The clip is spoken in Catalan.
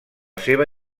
seva